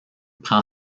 prend